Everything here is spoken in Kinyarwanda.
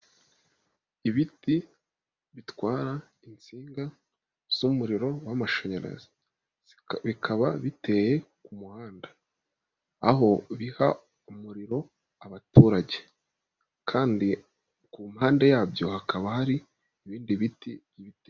Ibiti bitwara insinga z'umuriro w'amashanyarazi, bikaba biteye ku muhanda, aho biha umuriro abaturage, kandi ku mpande yabyo hakaba hari ibindi biti.